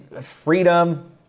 freedom